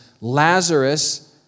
Lazarus